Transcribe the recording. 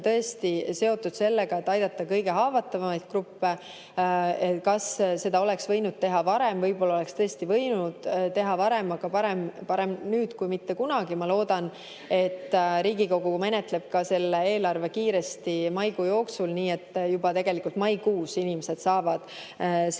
tõesti seotud sellega, et aidata kõige haavatavamaid gruppe. Kas seda oleks võinud teha varem? Võib-olla oleks tõesti võinud teha varem, aga parem nüüd kui mitte kunagi. Ma loodan, et Riigikogu menetleb selle eelarve kiiresti maikuu jooksul, nii et juba maikuus inimesed, kes on